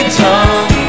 tongue